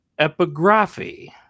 epigraphy